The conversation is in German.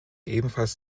ebenfalls